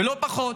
ולא פחות,